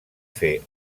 fer